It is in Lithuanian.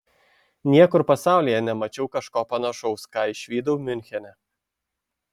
niekur pasaulyje nemačiau kažko panašaus ką išvydau miunchene